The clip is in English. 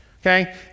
okay